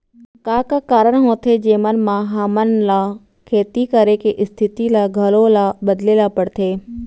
का का कारण होथे जेमन मा हमन ला खेती करे के स्तिथि ला घलो ला बदले ला पड़थे?